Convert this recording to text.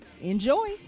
enjoy